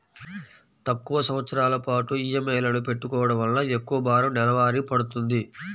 తక్కువ సంవత్సరాల పాటు ఈఎంఐలను పెట్టుకోవడం వలన ఎక్కువ భారం నెలవారీ పడ్తుంది